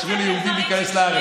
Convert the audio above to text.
יאשרו ליהודים להיכנס לארץ.